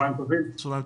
צהריים טובים.